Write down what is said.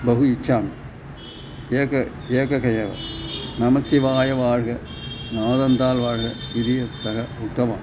बहु इच्छामि एकम् एकम् एव नमश्शिवाय वार्ग नाळन्दाळ् वार्ग इति सः उत्तमम्